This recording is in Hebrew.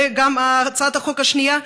וגם הצעת החוק השנייה,